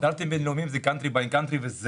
סטנדרטים בינלאומיים זה country by country וזהו.